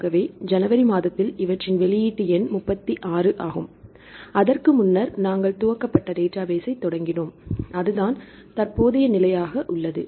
ஆகவே ஜனவரி மாதத்தில் இவற்றின் வெளியீட்டு எண் 36 ஆகும் அதற்கு முன்னர் நாங்கள் துவக்கப்பட்ட டேட்டாபேஸ்ஸை தொடங்கினோம் அது தான் தற்போதைய நிலையாக உள்ளது